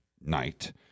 night